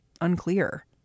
unclear